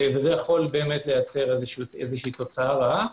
זה יכול לייצר תוצאה רעה.